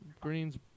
Greens